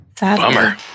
Bummer